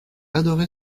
adoré